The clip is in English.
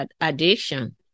addiction